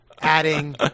adding